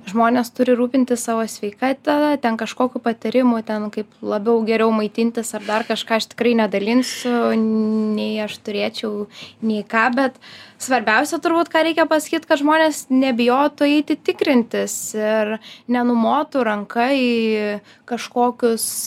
žmonės turi rūpintis savo sveikata ten kažkokių patarimų ten kaip labiau geriau maitintis ar dar kažką aš tikrai nedalinsiu nei aš turėčiau nei ką bet svarbiausia turbūt ką reikia pasakyt kad žmonės nebijotų eiti tikrintis ir nenumotų ranka į kažkokius